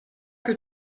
que